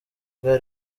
bwa